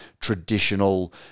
traditional